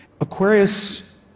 Aquarius